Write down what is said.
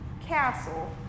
castle